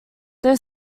their